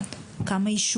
הנכבה הזו נוצרה,